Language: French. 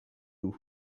loup